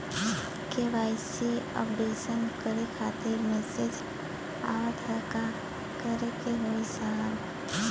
KYC updation करें खातिर message आवत ह का करे के होई साहब?